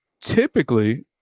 typically